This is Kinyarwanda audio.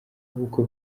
ubukwe